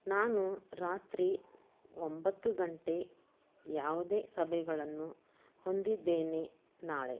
ನಾನು ರಾತ್ರಿ ಒಂಬತ್ತು ಗಂಟೆ ಯಾವುದೇ ಸಭೆಗಳನ್ನು ಹೊಂದಿದ್ದೇವೆ ನಾಳೆ